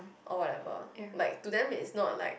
or whatever like to them it's not like